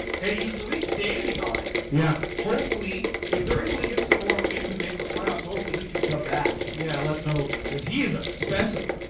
and he's at least standing on it. yeah, hopefully if they're able to get some more wins and make the playoffs hopefully he could come back. yeah, let's hope because he is a specimen